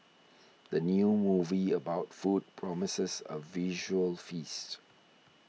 the new movie about food promises a visual feast